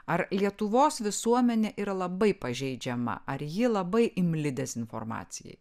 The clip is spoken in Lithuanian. ar lietuvos visuomenė yra labai pažeidžiama ar ji labai imli dezinformacijai